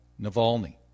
Navalny